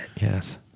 Yes